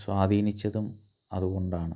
സ്വാധീനിച്ചതും അതുകൊണ്ടാണ്